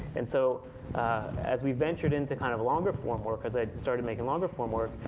and so as we ventured into kind of longer form work, because i had started making longer form work,